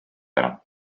ära